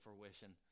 fruition